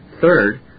Third